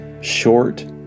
short